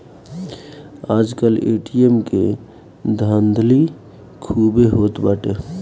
आजकल ए.टी.एम के धाधली खूबे होत बाटे